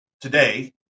today